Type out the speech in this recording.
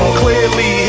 clearly